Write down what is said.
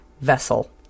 vessel